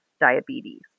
diabetes